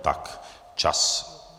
Tak, čas.